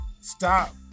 stop